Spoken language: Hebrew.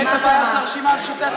אתה רואה את הבעיה של הרשימה המשותפת?